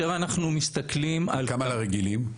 כמה לרגילים?